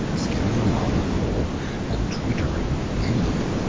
skimming along a pool and twittering gaily.